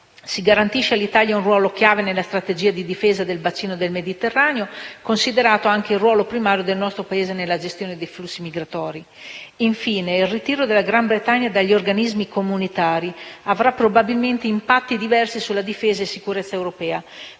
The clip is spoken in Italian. Si garantisce all'Italia un ruolo chiave nella strategia di difesa del bacino del Mediterraneo, considerato anche il ruolo primario del nostro Paese nella gestione dei flussi migratori? Infine, il ritiro della Gran Bretagna dagli organismi comunitari avrà probabilmente impatti diversi sulla difesa e sicurezza europea.